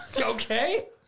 Okay